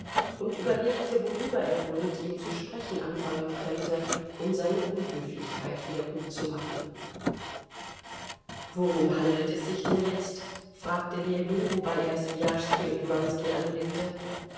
und überlegte worüber er wohl mit ihm zu sprechen anfangen könnte um seine unhöflichkeit wiedergutzumachen worum handelt es sich denn jetzt fragte ljewin wobei er swijaschski und wronski anblickte